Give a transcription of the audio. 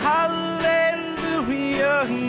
Hallelujah